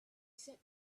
said